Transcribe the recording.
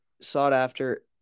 sought-after